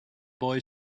boy